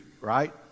right